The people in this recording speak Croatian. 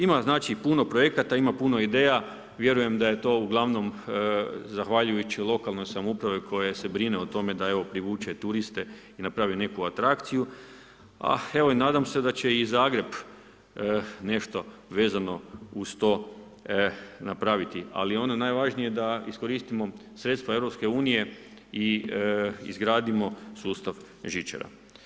Ima znači puno projekata, ima puno ideja, vjerujem da je to uglavnom zahvaljujući lokalnoj samoupravi koja se brine o tome da evo privuče turiste i napravi neku atrakciju a evo i nadam se da će i Zagreb nešto vezano uz to napraviti ali ono najvažnije da iskoristimo sredstva EU-a i izgradimo sustav žičara.